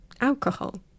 alcohol